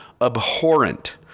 abhorrent